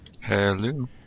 Hello